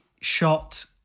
shot